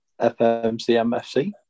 FMCMFC